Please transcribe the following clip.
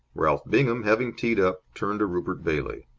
ralph bingham, having teed up, turned to rupert bailey.